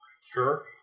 Sure